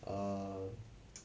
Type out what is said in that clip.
err